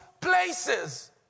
places